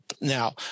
Now